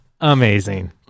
Amazing